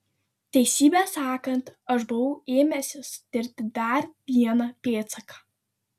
teisybę sakant aš buvau ėmęsis tirti dar vieną pėdsaką